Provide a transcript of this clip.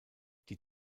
die